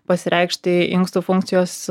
pasireikšti inkstų funkcijos